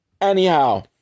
Anyhow